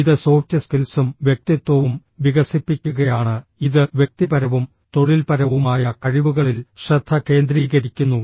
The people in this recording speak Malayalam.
ഇത് സോഫ്റ്റ് സ്കിൽസും വ്യക്തിത്വവും വികസിപ്പിക്കുകയാണ് ഇത് വ്യക്തിപരവും തൊഴിൽപരവുമായ കഴിവുകളിൽ ശ്രദ്ധ കേന്ദ്രീകരിക്കുന്നു